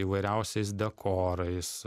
įvairiausiais dekorais